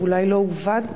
ואולי לא הובנתי,